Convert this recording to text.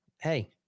hey